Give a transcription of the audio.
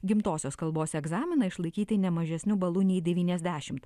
gimtosios kalbos egzaminą išlaikyti ne mažesniu balu nei devyniasdešimt